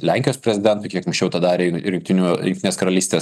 lenkijos prezidentui kiek anksčiau tą darė ir jungtinių jungtinės karalystės